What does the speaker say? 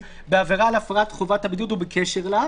בעבירה על הפרת חובת הבידוד או בקשר אליו"